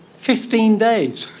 fifteen days!